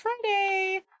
Friday